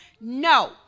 No